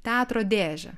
teatro dėžę